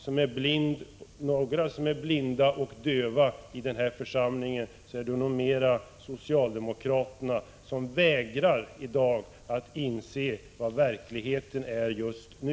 Om några är blinda och döva i den här församlingen är det nog socialdemokraterna, som vägrar att inse hur verkligheten ser ut just nu.